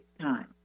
time